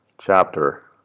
chapter